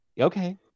Okay